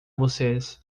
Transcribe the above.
vocês